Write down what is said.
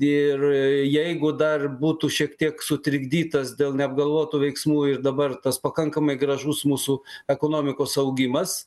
ir jeigu dar būtų šiek tiek sutrikdytas dėl neapgalvotų veiksmų ir dabar tas pakankamai gražus mūsų ekonomikos augimas